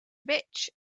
rich